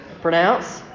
pronounce